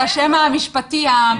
השם המשפטי המגוחך.